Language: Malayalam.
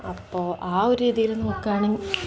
അപ്പോൾ ആ ഒരു രീതിയിൽ നോക്കുകയാണെങ്കിൽ